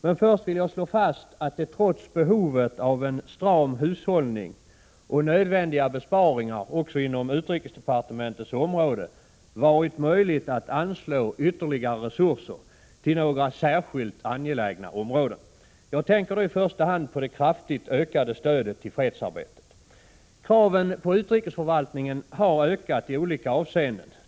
Men först vill jag slå fast att det, trots behovet av en stram hushållning och trots att besparingar är nödvändiga också inom utrikesdepartementets område, varit möjligt att anslå ytterligare resurser till några särskilt angelägna områden. Jag tänker då i första hand på det kraftigt ökade stödet till fredsarbetet. Kraven på utrikesförvaltningen har ökat i olika avseenden.